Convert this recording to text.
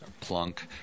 plunk